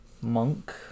monk